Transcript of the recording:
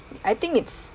I think it's